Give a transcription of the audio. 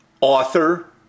author